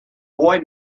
boy